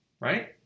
Right